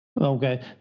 Okay